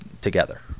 together